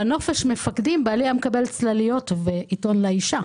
בנופש מפקדים בעלי היה מקבל צלליות ועיתון "לאישה".